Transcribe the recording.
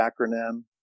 acronym